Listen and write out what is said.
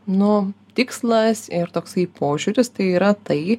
nu tikslas ir toksai požiūris tai yra tai